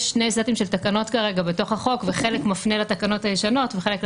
שני סטים של תקנות בתוך החוק כאשר חלק מפנה לתקנות הישנות וחלק מפנה